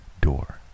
door